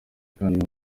kanama